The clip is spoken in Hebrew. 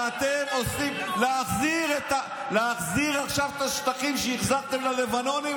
להחזיר עכשיו את השטחים שהחזרתם ללבנונים,